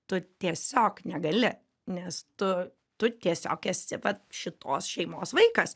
tu tiesiog negali nes tu tu tiesiog esi vat šitos šeimos vaikas